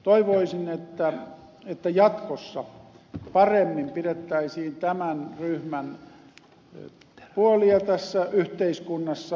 toivoisin että jatkossa paremmin pidettäisiin tämän ryhmän puolia tässä yhteiskunnassa